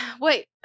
wait